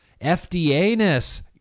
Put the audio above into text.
FDA-ness